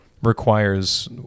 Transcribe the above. Requires